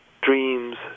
dreams